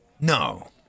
No